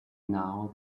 now